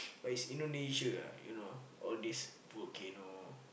but it's Indonesia ah you know all these volcano